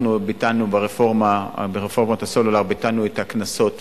אנחנו ביטלנו ברפורמת הסלולר את הקנסות